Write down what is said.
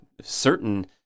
certain